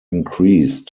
increased